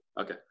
Okay